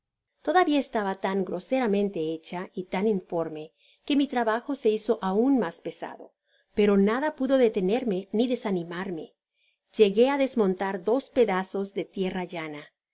todavia estaba tan groseramente hecha y tan informe que mi trabajo se hizo aun mas pesado pero nada pudo detenerme ni desanimarme llegué á desmontar dos pedazos de tierra llana los